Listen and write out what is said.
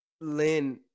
Lynn